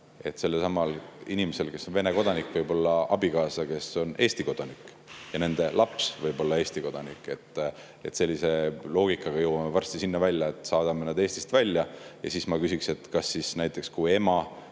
sellelsamal inimesel, kes on Vene kodanik, võib olla abikaasa, kes on Eesti kodanik, ja nende laps võib olla Eesti kodanik. Sellise loogikaga jõuame varsti sinna välja, et saadame nad Eestist välja. Ja veel ma küsiks, et näiteks kui ema